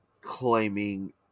claiming